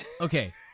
Okay